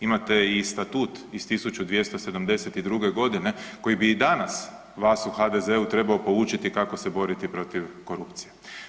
Imate i Statut iz 1272.g. koji bi i danas vas u HDZ-u trebao poučiti kako se boriti protiv korupcije.